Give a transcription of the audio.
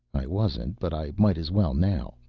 i wasn't but i might as well now.